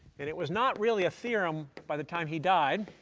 and it was not really a theorem by the time he died.